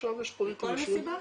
עכשיו יש --- כל מסיבה?